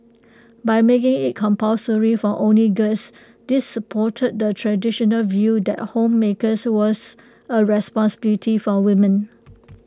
by making IT compulsory for only girls this supported the traditional view that homemakers was A responsibility for women